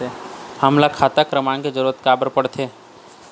हमन ला खाता क्रमांक के जरूरत का बर पड़थे?